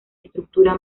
estructura